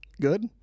Good